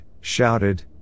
shouted